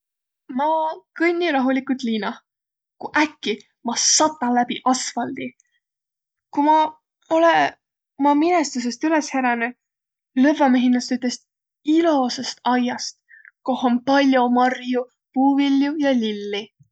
Ma kõnni rahuligult liinah, ku äkki ma sata läbi asfaldi. Ku ma olõ uma minestüsest üles heränüq, lövvä ma hinnäst ütest ilosast aiast, koh om pall'o marju, puuvilju ja lilli.